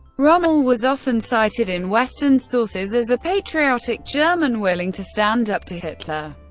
rommel was often cited in western sources as a patriotic german willing to stand up to hitler.